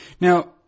Now